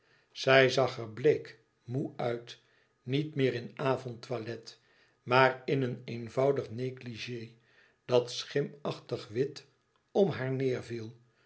zij zag er bleek moê uit niet meer in avond toilet maar in een eenvoudig négligé dat schimachtig wit om haar